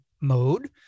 mode